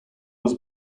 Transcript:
was